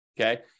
okay